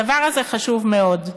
הדבר הזה חשוב מאוד.